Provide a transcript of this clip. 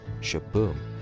shaboom